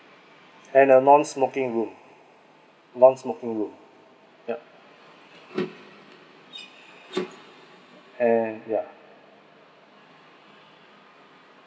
and a non-smoking room non-smoking room yeah and yeah